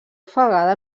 ofegada